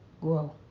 Grow